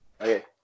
Okay